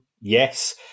Yes